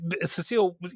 Cecile